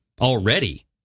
already